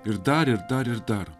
ir dar ir dar ir dar